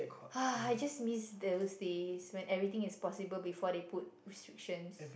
I just miss those days when everything is possible before they put restriction